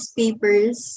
papers